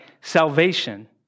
salvation